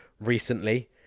recently